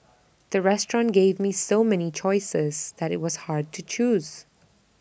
the restaurant gave me so many choices that IT was hard to choose